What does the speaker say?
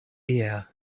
ear